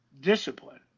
Discipline